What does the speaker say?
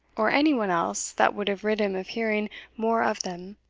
or any one else that would have rid him of hearing more of them,